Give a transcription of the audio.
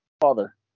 father